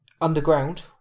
underground